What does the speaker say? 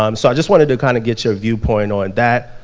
um so i just wanted to kinda get your viewpoint on that,